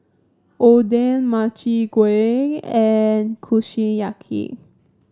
Oden Makchang Gui and Kushiyaki